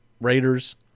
Raiders